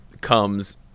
comes